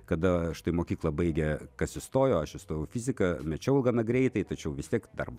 kada štai mokyklą baigę kas įstojo aš įstojau į fiziką mečiau gana greitai tačiau vis tiek dar